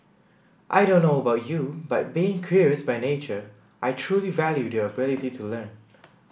I don't know about you but being curious by nature I truly value the ability to learn